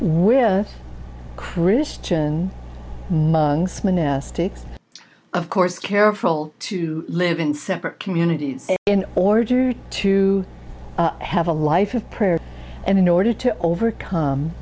we're christian monks monastics of course careful to live in separate communities in order to have a life of prayer and in order to overcome